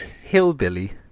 hillbilly